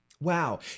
Wow